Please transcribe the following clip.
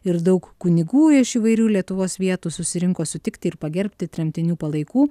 ir daug kunigų iš įvairių lietuvos vietų susirinko sutikti ir pagerbti tremtinių palaikų